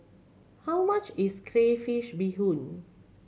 how much is crayfish beehoon